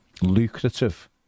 Lucrative